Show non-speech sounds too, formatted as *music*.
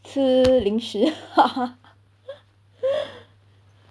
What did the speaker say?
吃零食 ha ha *laughs*